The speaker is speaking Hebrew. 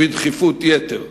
ובדחיפות יתר.